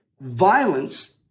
violence